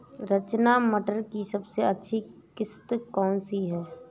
रचना मटर की सबसे अच्छी किश्त कौन सी है?